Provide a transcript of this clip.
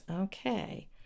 Okay